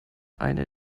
eine